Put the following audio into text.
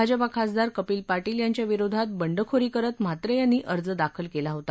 भाजपा खासदार कपिल पाटील यांच्याविरोधात बंडखोरी करत म्हात्रे यांनी अर्ज दाखल केला होता